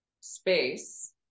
space